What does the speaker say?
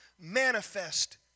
manifest